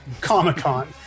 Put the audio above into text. Comic-Con